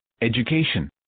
education